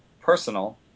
personal